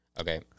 Okay